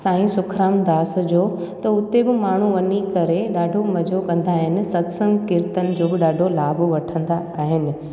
साईं सुखराम दास जो त उते बि माण्हू वञी करे ॾाढो मज़ो कंदा आहिनि सत्संगु कीर्तन जो बि ॾाढो लाभ वठंदा आहिनि